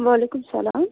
وعلیکُم اسَلام